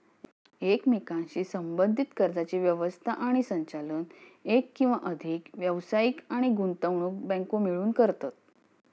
एकमेकांशी संबद्धीत कर्जाची व्यवस्था आणि संचालन एक किंवा अधिक व्यावसायिक आणि गुंतवणूक बँको मिळून करतत